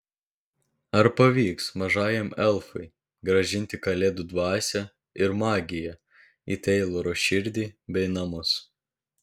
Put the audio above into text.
ar pavyks mažajam elfui grąžinti kalėdų dvasią ir magiją į teiloro širdį bei namus